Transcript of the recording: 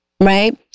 right